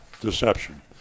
deception